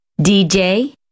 dj